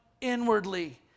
inwardly